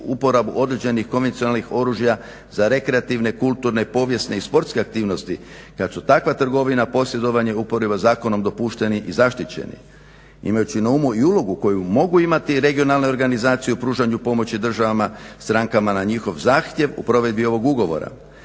uporabu određenih konvencionalnih oružja za rekreativne, kulturne, povijesne i sportske aktivnosti kad su takva trgovina posjedovanje i uporaba zakonom dopušteni i zaštićeni. Imajući na umu i ulogu koju mogu imati regionalne organizacije u pružanju pomoći strankama na njihov zahtjev u provedbi ovog ugovora.